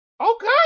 Okay